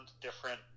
different